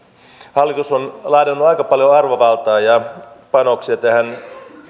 hallitus on ladannut aika paljon arvovaltaa ja panoksia tämän